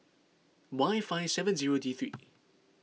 Y five seven zero D three